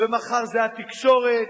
ומחר זאת התקשורת,